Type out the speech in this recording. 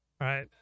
right